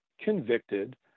convicted